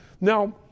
Now